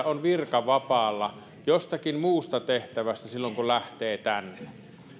on virkavapaalla jostakin muusta tehtävästä silloin kun lähtee